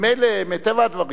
ממילא, מטבע הדברים,